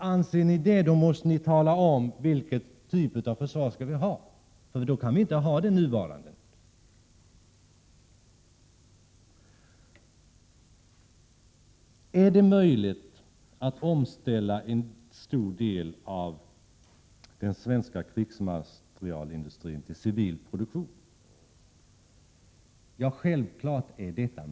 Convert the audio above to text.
Anser ni det — ja, då måste ni tala om vilken typ av försvar vi skall ha, för då kan vi inte ha det nuvarande. Är det möjligt att omställa en stor del av den svenska krigsmaterielindustrin till civil produktion? Ja, självklart!